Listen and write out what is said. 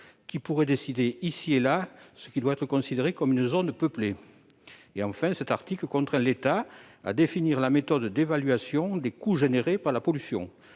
qui pourraient décider ce qui doit être considéré comme une zone peuplée. Enfin, cet article contraint l'État à définir la méthode d'évaluation des coûts engendrés par la pollution.